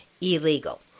illegal